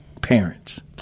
parents